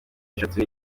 eshatu